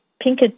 pink